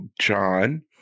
John